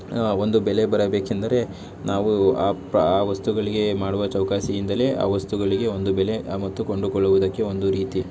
ಒಂದು ಬೆಲೆ ಬರಬೇಕೆಂದರೆ ನಾವು ಆ ಪ ಆ ವಸ್ತುಗಳಿಗೆ ಮಾಡುವ ಚೌಕಾಸಿಯಿಂದಲೇ ಆ ವಸ್ತುಗಳಿಗೆ ಒಂದು ಬೆಲೆ ಮತ್ತು ಕೊಂಡುಕೊಳ್ಳುವುದಕ್ಕೆ ಒಂದು ರೀತಿ